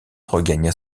regagna